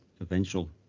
eventual